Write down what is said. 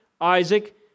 Isaac